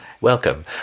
welcome